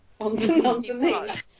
underneath